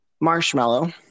marshmallow